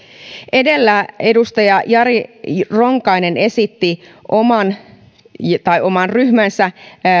edellä edustaja jari ronkainen esitti oman ryhmänsä